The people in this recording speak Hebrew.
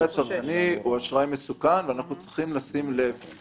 הצרכני הוא אשראי מסוכן שאנחנו צריכים לשים לב אליו.